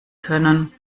können